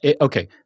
Okay